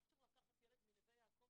אי אפשר לקחת ילד מנווה יעקב,